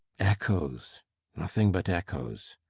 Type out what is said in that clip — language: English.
echoes nothing but echoes.